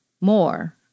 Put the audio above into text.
more